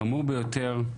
חמור ביותר זה,